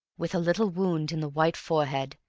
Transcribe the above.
with a little wound in the white forehead,